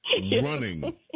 running